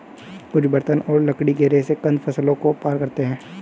कुछ बर्तन और लकड़ी के रेशे कंद फसलों को पार करते है